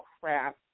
crap